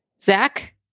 Zach